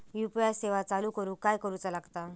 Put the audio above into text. UPI सेवा चालू करूक काय करूचा लागता?